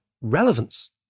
relevance